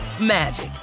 magic